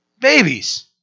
Babies